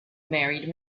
married